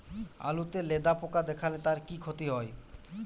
আলুতে লেদা পোকা দেখালে তার কি ক্ষতি হয়?